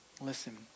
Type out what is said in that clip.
Listen